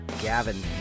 Gavin